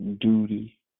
duty